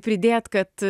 pridėt kad